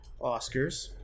Oscars